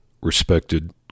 respected